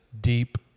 deep